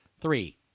Three